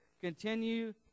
continue